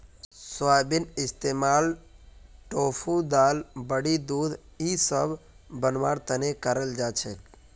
सोयाबीनेर इस्तमाल टोफू दाल बड़ी दूध इसब बनव्वार तने कराल जा छेक